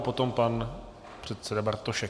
Potom pan předseda Bartošek.